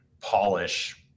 polish